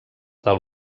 del